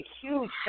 huge